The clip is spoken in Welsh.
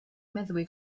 meddwi